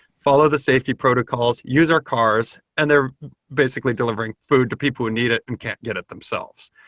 follow the safety protocols, use our cars, and they're basically delivering food to people who need it and can't get it themselves.